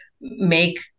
make